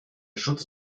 schutz